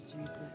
Jesus